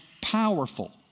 powerful